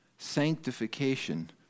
sanctification